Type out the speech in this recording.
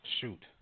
shoot